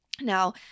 Now